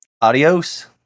Adios